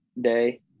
day